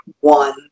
one